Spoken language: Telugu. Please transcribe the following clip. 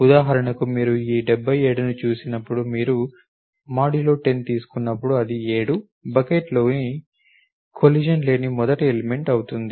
ఉదాహరణకు మీరు ఈ 77ని చూసినప్పుడు మీరు 10 తీసుకున్నప్పుడు అది 7 బకెట్లోకి కొలిషన్ లేని మొదటి ఎలిమెంట్ ఆవుతుంది